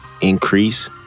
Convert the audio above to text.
increase